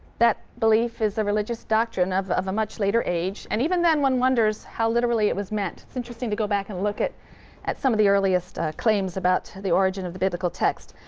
that belief is a religious doctrine of of a much later age. and even then one wonders how literally it was meant it's interesting to go back and look at at some of the earliest claims about the origin of the biblical text.